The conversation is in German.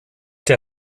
der